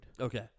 Okay